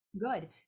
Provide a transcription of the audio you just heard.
good